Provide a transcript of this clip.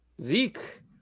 Zeke